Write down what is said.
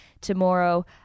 tomorrow